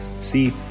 See